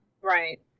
Right